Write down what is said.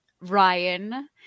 Ryan